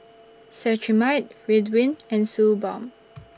Cetrimide Ridwind and Suu Balm